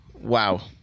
Wow